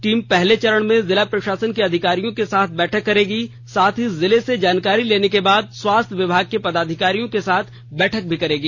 team पहले चरण में जिला प्रशासन के अधिकारियों के साथ बैठक करेगी साथ ही जिलों से जानकारी लेने के बाद स्वास्थ्य विभाग के पदाधिकारियों के साथ भी बैठक करेगी